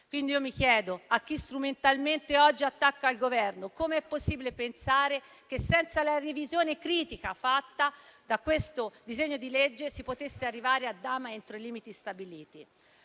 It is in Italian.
Quindi, chiedo a chi oggi strumentalmente attacca il Governo come sia possibile pensare che, senza la revisione critica fatta dal disegno di legge in esame, si potesse arrivare a dama entro i limiti stabiliti.